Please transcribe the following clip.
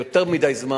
זה כבר יותר מדי זמן